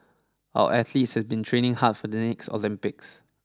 our athletes have been training hard for the next Olympics